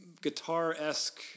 guitar-esque